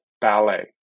ballet